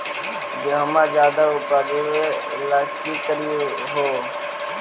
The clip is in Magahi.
गेहुमा ज्यादा उपजाबे ला की कर हो?